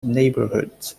neighborhoods